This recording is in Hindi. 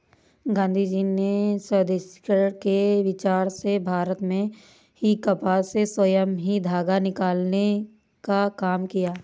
गाँधीजी ने स्वदेशीकरण के विचार से भारत में ही कपास से स्वयं ही धागा निकालने का काम किया